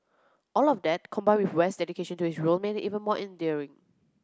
all of that combined with West's dedication to his role made it even more endearing